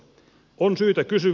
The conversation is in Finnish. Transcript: on syytä kysyä